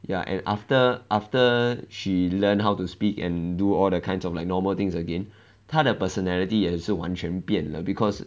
ya and after after she learn how to speak and do all that kinds of like normal things again 他的 personality 也是完全变了 because